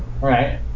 Right